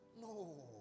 No